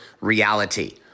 reality